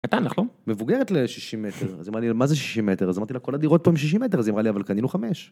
מבוגרת ל-60 מטר, אז אמרתי לה מה זה 60 מטר, אז אמרתי לה כל הדירות פה הם 60 מטר, אז היא אמרה לי אבל קנינו 5.